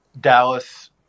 Dallas